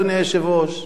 אדוני היושב-ראש,